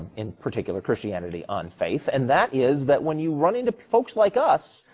in particular christianity on faith and that is that when you run into folks like us,